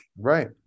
Right